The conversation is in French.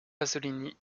pasolini